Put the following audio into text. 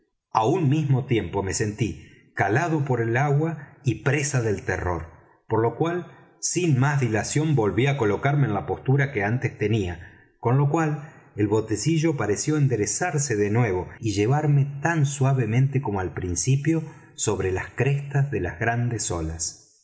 á un mismo tiempo me sentí calado por el agua y presa del terror por lo cual sin más dilación volví á colocarme en la postura que antes tenía con lo cual el botecillo pareció enderezarse de nuevo y llevarme tan suavemente como al principio sobre las crestas de las grandes olas